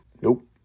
Nope